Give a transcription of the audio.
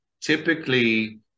typically